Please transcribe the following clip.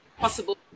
possible